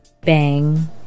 Bang